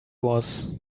was